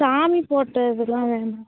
சாமி போட்டது எல்லாம் வேணா